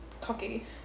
cocky